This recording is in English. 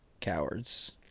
cowards